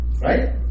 Right